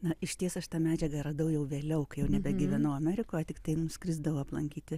na išties aš tą medžiagą radau jau vėliau kai jau nebegyvenau amerikoe tiktai nuskrisdavau aplankyti